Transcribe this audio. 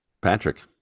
Patrick